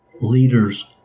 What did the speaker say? Leaders